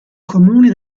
comuni